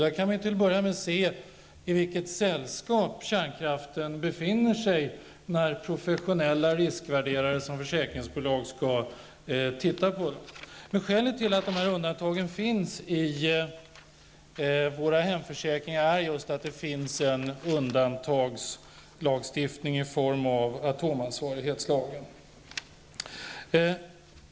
Där kan man till att börja med se i vilket sällskap kärnkraften befinner sig när professionella riskvärderare som försäkringsbolag skall titta på den. Skälet till att de här undantagen finns i våra hemförsäkringar är att det finns en undantagslagstiftning i form av atomansvarighetslagen.